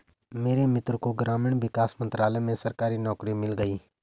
मेरे मित्र को ग्रामीण विकास मंत्रालय में सरकारी नौकरी मिल गई